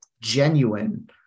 genuine